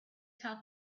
tell